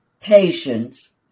patience